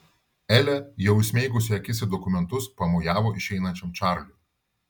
elė jau įsmeigusi akis į dokumentus pamojavo išeinančiam čarliui